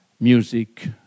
music